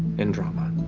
and drama.